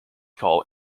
call